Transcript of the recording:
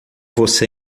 você